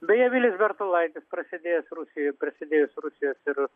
beja vilius bertulaitis prasidėjus rusijoj prasidėjus rusijos ir